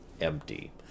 empty